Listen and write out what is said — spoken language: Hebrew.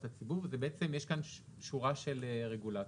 הציבור ובעצם יש כאן שורה של רגולציות.